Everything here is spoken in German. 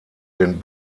den